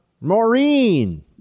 Maureen